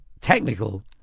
technical